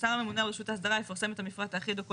השר הממונה על רשות ההסדרה יפרסם את המפרט האחיד או כל